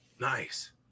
Nice